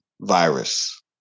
virus